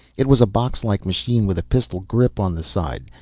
it was a boxlike machine with a pistol grip on the side.